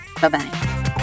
Bye-bye